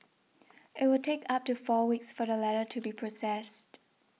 it will take up to four weeks for the letter to be processed